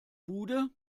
bude